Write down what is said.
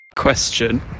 Question